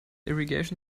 irrigation